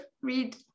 read